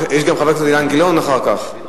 יש גם חבר הכנסת אילן גילאון, אחר כך.